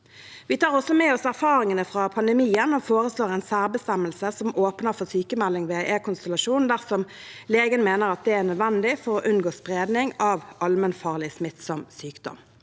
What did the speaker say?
Vi tar også med oss erfaringene fra pandemien og foreslår en særbestemmelse som åpner for sykmelding ved ekonsultasjon dersom legen mener at det er nødvendig for å unngå spredning av allmennfarlig smittsom sykdom.